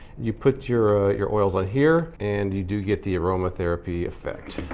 you put your ah your oils on here and you do get the aromatherapy effect.